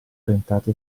orientati